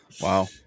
wow